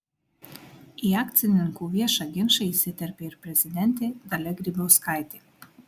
į akcininkų viešą ginčą įsiterpė ir prezidentė dalia grybauskaitė